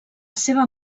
seva